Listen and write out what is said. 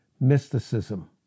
mysticism